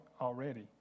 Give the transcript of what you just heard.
already